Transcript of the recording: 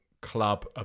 club